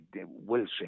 Wilson